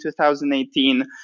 2018